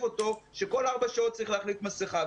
אותו שכל ארבע שעות צריך להחליף מסכה.